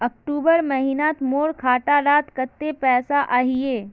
अक्टूबर महीनात मोर खाता डात कत्ते पैसा अहिये?